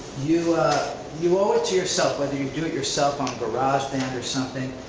you you owe it to yourself whether you do it yourself on garage band or something.